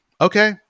Okay